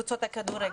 בכדורגל.